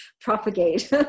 propagate